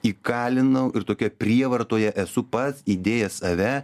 įkalinau ir tokioj prievartoje esu pats įdėjęs save